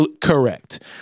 Correct